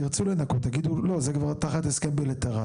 תרצו לנכות, תגידו לא, זה כבר תחת הסכם בילטרלי.